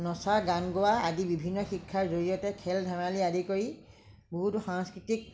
নচা গান গোৱা আদি বিভিন্ন শিক্ষাৰ জৰিয়তে খেল ধেমালি আদি কৰি বহুতো সাংস্কৃতিক